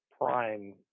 prime